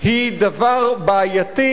היא דבר בעייתי,